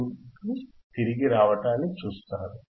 8 కు తిరిగి రావడాన్నిచూస్తారు